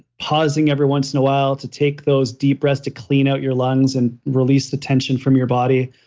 pausing every once in a while to take those deep breaths to clean out your lungs and release the tension from your body.